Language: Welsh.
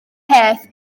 peth